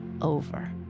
over